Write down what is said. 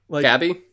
Gabby